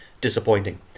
disappointing